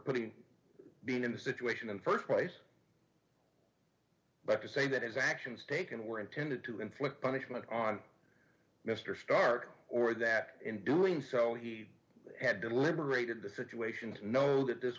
putting being in the situation in st place but to say that his actions taken were intended to inflict punishment on mr stark or that in doing so he had deliberated the situation to know that this